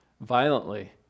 violently